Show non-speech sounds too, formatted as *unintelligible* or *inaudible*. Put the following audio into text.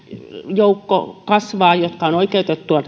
joukko kasvaa jotka ovat oikeutettuja *unintelligible*